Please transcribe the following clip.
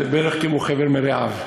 זה בערך כמו "חבר מרעיו"